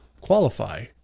qualify